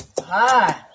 Hi